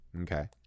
Okay